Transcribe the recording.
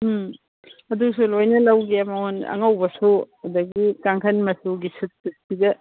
ꯎꯝ ꯑꯗꯨꯁꯨ ꯂꯣꯏꯅ ꯂꯧꯒꯦ ꯃꯉꯣꯟ ꯑꯉꯧꯕꯁꯨ ꯑꯗꯒꯤ ꯀꯥꯡꯈꯟ ꯃꯆꯨꯒꯤ ꯁꯨꯠꯁꯤꯗ